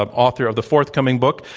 um author of the forthcoming book,